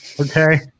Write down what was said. Okay